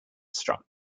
struck